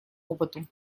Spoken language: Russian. опыту